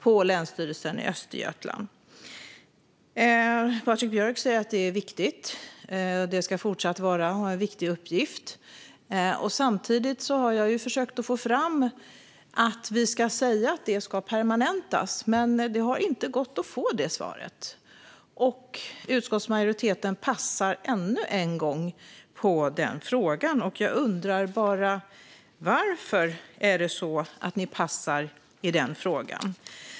Patrik Björck säger att det är viktigt och att detta fortsatt ska vara en viktig uppgift. Jag har försökt få fram besked om att det ska permanentas, men det har inte gått att få det svaret. Utskottsmajoriteten passar på den frågan ännu en gång. Jag undrar bara: Varför passar ni i denna fråga?